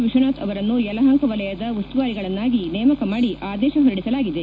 ವಿಶ್ವನಾಥ್ ಅವರನ್ನು ಯಲಹಂಕ ವಲಯದ ಉಸ್ತುವಾರಿಗಳನ್ನಾಗಿ ನೇಮಕ ಮಾಡಿ ಆದೇಶ ಹೊರಡಿಸಲಾಗಿದೆ